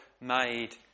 made